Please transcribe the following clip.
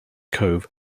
cove